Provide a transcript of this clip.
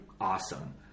awesome